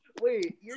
Wait